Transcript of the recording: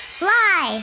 fly